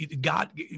God